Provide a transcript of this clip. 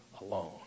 alone